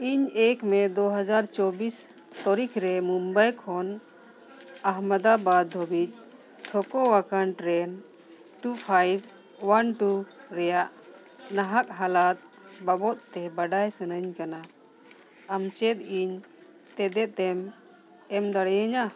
ᱤᱧ ᱮᱠ ᱢᱮ ᱫᱩ ᱦᱟᱡᱟᱨ ᱪᱚᱵᱽᱵᱤᱥ ᱛᱟᱹᱨᱤᱠᱷ ᱨᱮ ᱢᱩᱢᱵᱟᱭ ᱠᱷᱚᱱ ᱟᱦᱢᱮᱫᱟᱵᱟᱫᱽ ᱫᱷᱟᱹᱵᱤᱡ ᱴᱷᱟᱹᱣᱠᱟᱹ ᱟᱠᱟᱱ train two five one two ᱨᱮᱭᱟᱜ ᱞᱟᱦᱟᱜ ᱦᱟᱞᱚᱛ ᱵᱟᱵᱚᱫᱽ ᱛᱮ ᱵᱟᱰᱟᱭ ᱥᱟᱱᱟᱧ ᱠᱟᱱᱟ ᱟᱢ ᱪᱮᱫ ᱤᱧ ᱛᱮᱛᱮᱫ ᱮᱢ ᱮᱢ ᱫᱟᱲᱮᱭᱤᱧᱟ